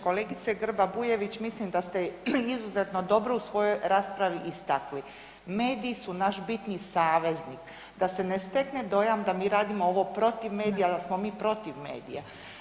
Kolegice Grba Bujević mislim da ste izuzetno dobro u svojoj raspravi istaknuli, mediji su naš bitni saveznik da se ne stekne dojam da mi radimo ovo protiv medija ili da smo mi protiv medija.